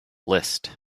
list